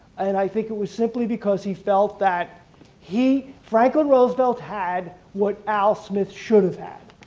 and i think it was simply because he felt that he franklin roosevelt had what al smith should've had.